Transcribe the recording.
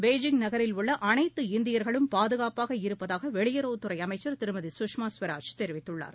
Beijing நகரில் உள்ள அனைத்து சீனாவின் இந்தியர்களும் பாதுகாப்பாக இருப்பதாக வெளியுறவுத்துறை அமைச்சர் திருமதி சுஷ்மா சுவராஜ் தெரிவித்துள்ளார்